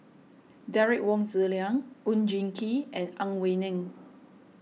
Derek Wong Zi Liang Oon Jin Gee and Ang Wei Neng